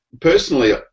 personally